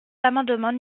l’amendement